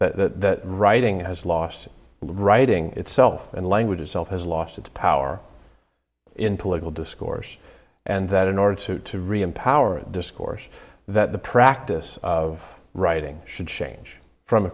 the writing has lost writing itself and language itself has lost its power in political discourse and that in order to to re empower a discourse that the practice of writing should change from